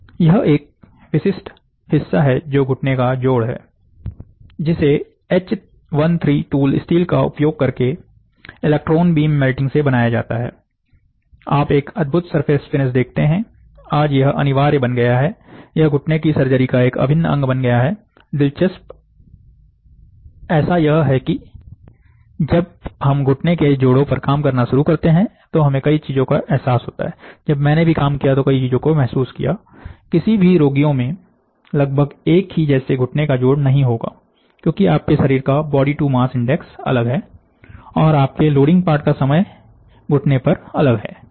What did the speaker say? यह एक विशिष्ट हिस्सा है जो घुटने का जोड़ है जिसे एच 13 टूल स्टील का उपयोग करके इलेक्ट्रॉन बीम मेल्टिंग से बनाया जाता है आप एक अद्भुत सरफेस फिनिश देखते हैं आज यह अनिवार्य बन गया है यह घुटने की सर्जरी का एक अभिन्न अंग बन गया है दिलचस्प ऐसा यह है कि जब हम इस घुटने के जोड़ों पर काम करना शुरू करते हैं तो हमें कई चीजों का एहसास होता है जब मैंने भी काम किया तो कई चीजों को महसूस किया किसी भी रोगियों में लगभग एक ही जैसे घुटने का जोड़ नहीं होगा क्योंकि आपके शरीर का बॉडी टू मास इंडेक्स अलग है और आपके लोडिंग पार्ट का समय घुटने पर अलग है